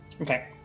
Okay